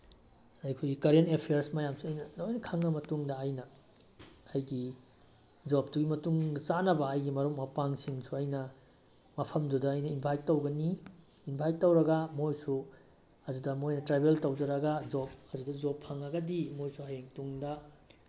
ꯑꯩꯈꯣꯏꯒꯤ current affairs ꯃꯌꯥꯝꯁꯦ ꯑꯩꯅ ꯂꯣꯏꯅ ꯈꯪꯉ ꯃꯇꯨꯡꯗ ꯑꯩꯅ ꯑꯩꯒꯤ ꯖꯣꯕꯇꯨꯒꯤ ꯃꯇꯨꯡꯏꯟꯅ ꯆꯥꯅꯕ ꯑꯩꯒꯤ ꯃꯔꯨꯞ ꯃꯄꯥꯡꯁꯤꯡꯁꯨ ꯑꯩꯅ ꯃꯐꯝꯗꯨꯗ ꯑꯩꯅ ꯏꯟꯚꯥꯏꯠ ꯇꯧꯒꯅꯤ ꯏꯟꯚꯥꯏꯠ ꯇꯧꯔꯒ ꯃꯣꯏꯁꯨ ꯑꯗꯨꯗ ꯃꯣꯏꯅ ꯇ꯭ꯔꯥꯕꯦꯜ ꯇꯧꯖꯔꯒ ꯖꯣꯕ ꯑꯗꯨꯗ ꯖꯣꯕ ꯐꯪꯉꯒꯅꯤ ꯃꯣꯏꯁꯨ ꯍꯌꯦꯡ ꯇꯨꯡꯗ